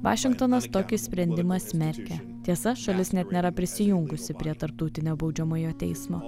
vašingtonas tokį sprendimą smerkia tiesa šalis net nėra prisijungusi prie tarptautinio baudžiamojo teismo